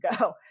go